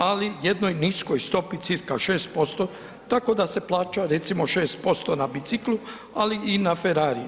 Ali, jednoj niskoj stopi, cca 6%, tako da se plaća recimo 6% na bicikl, ali i na Ferrari.